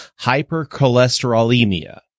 hypercholesterolemia